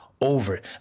over